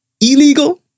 illegal